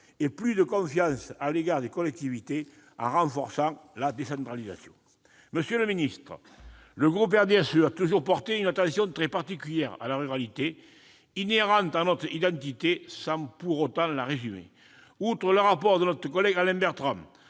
et plus de confiance à l'égard des collectivités, en renforçant la décentralisation. Monsieur le ministre, le groupe du RDSE a toujours porté une attention très particulière à la ruralité, inhérente à notre identité, sans pour autant la résumer. Outre le rapport de notre collègue Alain Bertrand,